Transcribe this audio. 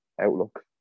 outlook